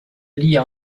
lits